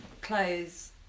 clothes